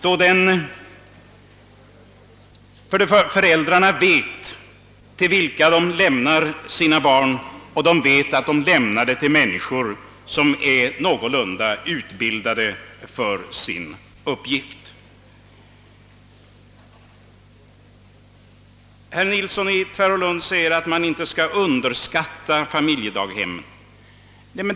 Föräldrarna vet då till vilka de lämnar sina barn och att de lämnar dem till människor som är utbildade för sin uppgift. Herr Nilsson i Tvärålund säger att man inte skall underskatta familjedaghemmen.